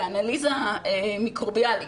אנליזה מיקרוביאלית,